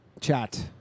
Chat